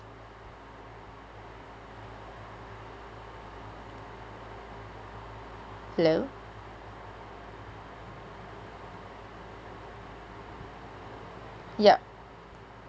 hello yup